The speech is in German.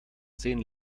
zehn